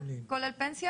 זה כולל פנסיה?